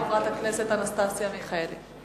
חברת הכנסת אנסטסיה מיכאלי.